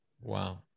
Wow